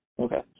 Okay